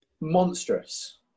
monstrous